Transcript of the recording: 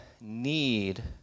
need